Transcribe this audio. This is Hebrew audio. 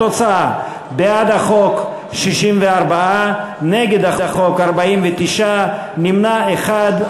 התוצאה: בעד החוק, 64, נגד החוק, 49, נמנע אחד.